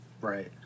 Right